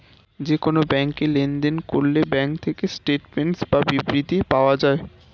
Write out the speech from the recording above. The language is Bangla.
যে কোন ব্যাংকে লেনদেন করলে ব্যাঙ্ক থেকে স্টেটমেন্টস বা বিবৃতি পাওয়া যায়